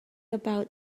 about